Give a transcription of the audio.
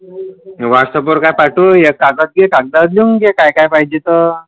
व्हाट्सअपवर काय पाठवू या कागद घे कागदावर लिहून घे काय काय पाहिजे तर